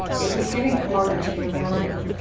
it was getting harder to get around though.